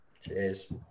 Cheers